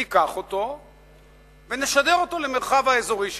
ניקח אותו ונשדר אותו למרחב האזורי שלנו.